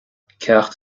ceacht